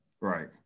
Right